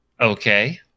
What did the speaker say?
Okay